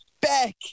back